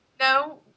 No